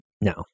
No